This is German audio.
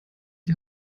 die